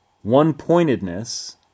one-pointedness